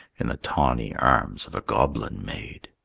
in the tawny arms of a goblin maid!